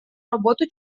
работу